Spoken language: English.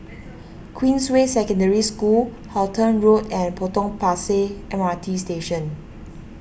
Queensway Secondary School Halton Road and Potong Pasir M R T Station